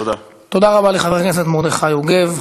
תודה לחבר הכנסת מרדכי יוגב.